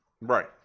Right